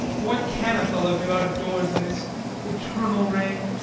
what can a fellow do out of doors in this eternal rain?